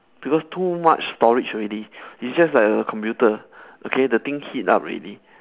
because too much storage already it's just like a computer okay the thing heat up ready